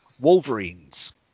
Wolverines